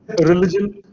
religion